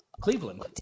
Cleveland